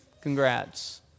congrats